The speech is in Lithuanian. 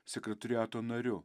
sekretoriato nariu